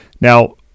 Now